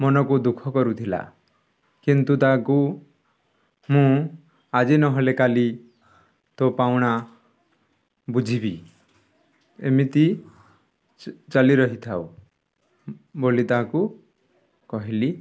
ମନକୁ ଦୁଃଖ କରୁଥିଲା କିନ୍ତୁ ତାକୁ ମୁଁ ଆଜି ନହେଲେ କାଲି ତୋ ପାଉଣା ବୁଝିବି ଏମିତି ଚାଲି ରହିଥାଉ ବୋଲି ତାକୁ କହିଲି